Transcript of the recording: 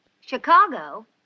Chicago